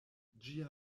ĝiaj